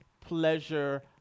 pleasure